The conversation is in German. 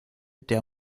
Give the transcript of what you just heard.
der